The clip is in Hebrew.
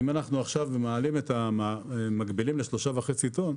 אם עכשיו אנחנו מגבילים ל-3.5 טון,